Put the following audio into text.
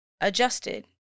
adjusted